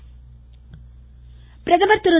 பிரதமர் பிரதமர் திரு